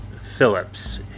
Phillips